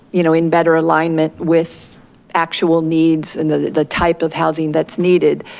you know in better alignment with actual needs and the type of housing that's needed.